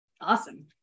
awesome